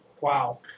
Wow